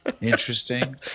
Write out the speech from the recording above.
Interesting